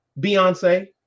Beyonce